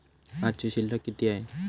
आजची शिल्लक किती आहे?